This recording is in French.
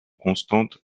constante